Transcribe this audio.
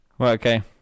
Okay